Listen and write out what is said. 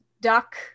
duck